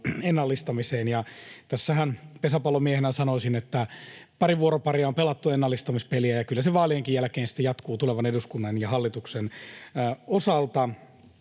ennallistamiseen laajalla kokoonpanolla. Pesäpallomiehenä sanoisin, että pari vuoroparia on pelattu ennallistamispeliä, ja kyllä se vaalienkin jälkeen sitten jatkuu tulevan eduskunnan ja hallituksen osalta.